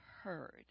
heard